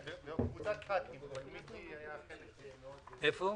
כן, קבוצת ח"כים, אבל מיקי היה חלק מאוד משמעותי.